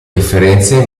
differenze